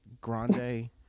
Grande